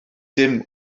dim